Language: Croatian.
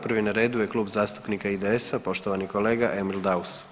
Prvi na redu je Klub zastupnika IDS-a poštovani kolega Emil Daus.